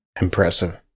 Impressive